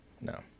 no